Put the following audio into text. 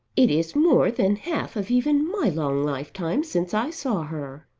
it is more than half of even my long lifetime since i saw her.